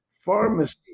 pharmacy